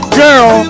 girl